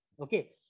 Okay